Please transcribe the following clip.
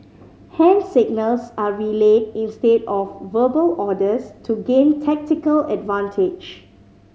hand signals are relayed instead of verbal orders to gain tactical advantage